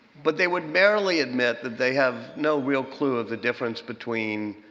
but they would barely admit that they have no real clue of the difference between